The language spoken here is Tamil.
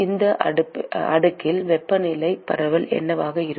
இந்த அடுக்கில் வெப்பநிலை பரவல் என்னவாக இருக்கும்